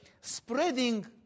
spreading